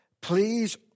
please